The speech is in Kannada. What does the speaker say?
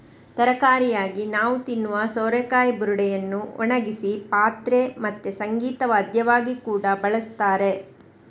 ತರಕಾರಿಯಾಗಿ ನಾವು ತಿನ್ನುವ ಸೋರೆಕಾಯಿ ಬುರುಡೆಯನ್ನ ಒಣಗಿಸಿ ಪಾತ್ರೆ ಮತ್ತೆ ಸಂಗೀತ ವಾದ್ಯವಾಗಿ ಕೂಡಾ ಬಳಸ್ತಾರೆ